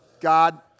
God